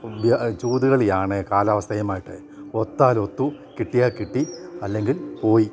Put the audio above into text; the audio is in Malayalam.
ചൂതുകളിയാണ് കാലാവസ്ഥയുമായിട്ട് ഒത്താൽ ഒത്തു കിട്ടിയ കിട്ടി അല്ലെങ്കിൽ പോയി